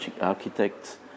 architect